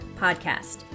podcast